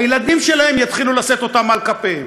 הילדים שלהם יתחילו לשאת אותם על כפיהם.